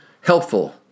helpful